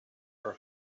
her